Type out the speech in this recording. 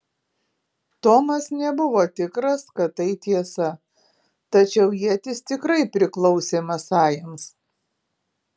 tomas nebuvo tikras kad tai tiesa tačiau ietis tikrai priklausė masajams